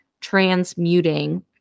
transmuting